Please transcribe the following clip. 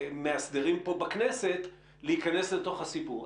מאסדרים פה בכנסת להיכנס לתוך הסיפור?